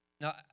Now